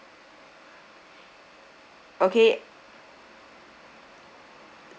okay